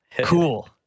Cool